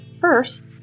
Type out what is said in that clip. First